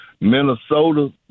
Minnesota